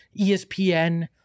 ESPN